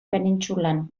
penintsulan